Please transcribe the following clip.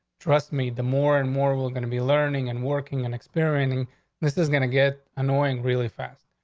trust me, the more and more we're gonna be learning and working and experiencing this is gonna get annoying really fast.